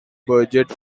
budget